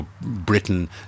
Britain